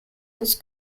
was